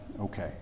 okay